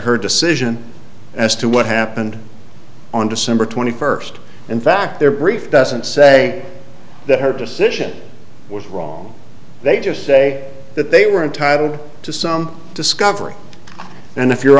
her decision as to what happened on december twenty first in fact their brief doesn't say that her decision was wrong they just say that they were entitled to some discovery and if you